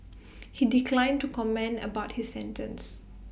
he declined to comment about his sentence